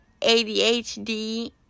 ADHD